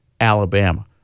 Alabama